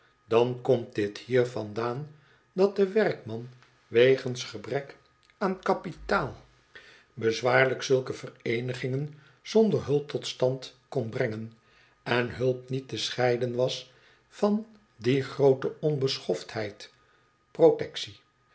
dan komt dit hier vandaan dat de werkman wegens gebrek aan kapitaal bezwaarlijk zulko vereenigingen zonder hulp tot stand kon brengen en hulp niet te scheiden was van die groote onbeschoftheid protectie